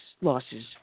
losses